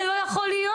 זה לא יכול להיות.